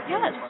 Yes